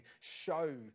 show